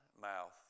mouth